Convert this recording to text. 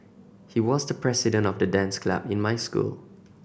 he was the president of the dance club in my school